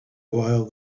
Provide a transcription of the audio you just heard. while